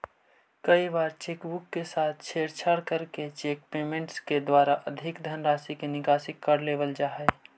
कई बार cheque book के साथ छेड़छाड़ करके चेक पेमेंट के द्वारा अधिक धनराशि के निकासी कर लेवल जा हइ